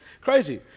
Crazy